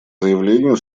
заявлению